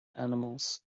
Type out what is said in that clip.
animals